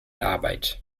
arbeit